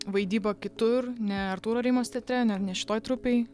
vaidybą kitur ne artūro areimos teatre ne ne šitoj trupėj